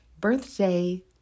birthday